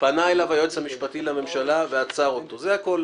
פנה אליו היועץ המשפטי לממשלה ועצר אותו, זה הכול.